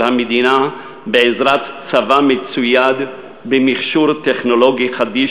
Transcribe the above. של המדינה בעזרת צבא מצויד ומכשור טכנולוגי חדיש